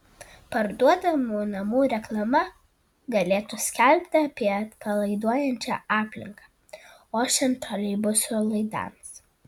parduodamų namų reklama galėtų skelbti apie atpalaiduojančią aplinką ošiant troleibusų laidams